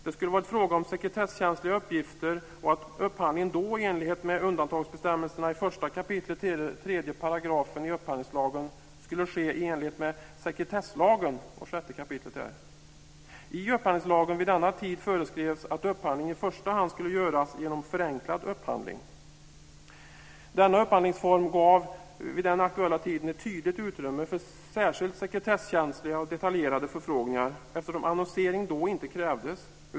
Det skulle ha varit fråga om sekretesskänsliga uppgifter. Upphandlingen skulle enligt undantagsbestämmelserna i 1 kap. 3 § i upphandlingslagen ha skett i enlighet med 6 kap. i sekretesslagen. Vid denna tid föreskrevs i upphandlingslagen att upphandling i första hand skulle göras genom förenklad upphandling. Denna upphandlingsform gav vid den aktuella tidpunkten ett tydligt utrymme för särskilt sekretesskänsliga och detaljerade förfrågningar, eftersom annonsering inte krävdes.